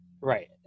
right